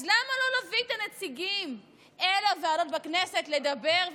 אז למה לא להביא את הנציגים אל הוועדות בכנסת לדבר,